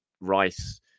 Rice